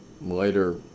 later